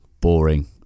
boring